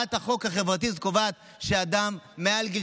הצעת החוק החברתית הזאת קובעת שאדם מעל גיל